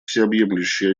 всеобъемлющие